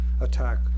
attack